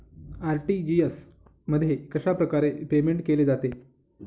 RTGS मध्ये कशाप्रकारे payment केले जाते?